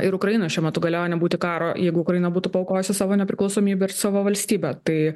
ir ukrainoj šiuo metu galėjo nebūti karo jeigu ukraina būtų paaukojusi savo nepriklausomybę ir savo valstybę tai